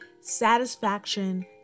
satisfaction